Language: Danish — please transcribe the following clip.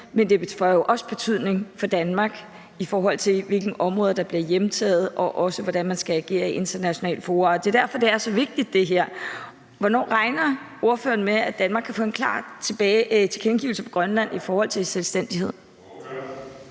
men også i Danmark, hvilke områder der bliver hjemtaget, og også hvordan man skal agere i internationale fora. Det er derfor, det her er så vigtigt. Hvornår regner ordføreren med, at Danmark kan få en klar tilkendegivelse fra Grønland i forhold til selvstændighed?